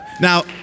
Now